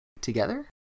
together